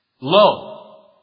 Low